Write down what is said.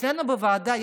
אצלנו בוועדה,